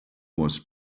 was